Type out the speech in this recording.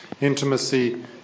intimacy